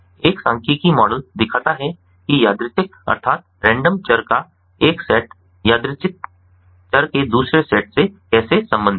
एक सांख्यिकीय मॉडल दिखाता है कि यादृच्छिक चर का एक सेट यादृच्छिक चर के दूसरे सेट से कैसे संबंधित है